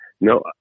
No